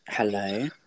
Hello